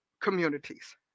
communities